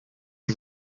ari